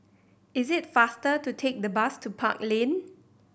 it is faster to take the bus to Park Lane